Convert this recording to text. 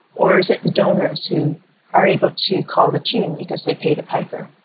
or is it the donors who are able to call the tune because they pay the piper?